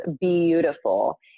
beautiful